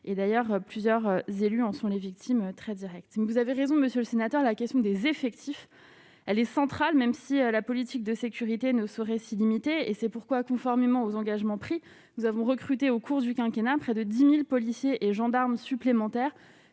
et d'ailleurs, plusieurs élus en sont les victimes, très Direct, mais vous avez raison, Monsieur le Sénateur, la question des effectifs, elle est centrale, même si la politique de sécurité ne saurait-ce et c'est pourquoi, conformément aux engagements pris, nous avons recruté au cours du quinquennat près de 10000 policiers et gendarmes supplémentaires